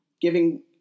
giving